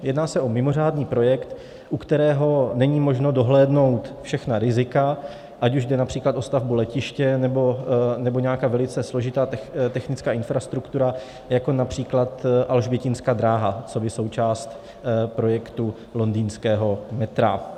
Jedná se o mimořádný projekt, u kterého není možno dohlédnout všechna rizika, ať už jde například o stavbu letiště, nebo nějaké velice složité technické infrastruktury, jako například Alžbětinská dráha coby součást projektu londýnského metra.